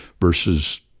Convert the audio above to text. versus